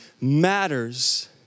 matters